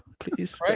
Please